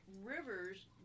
rivers